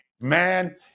man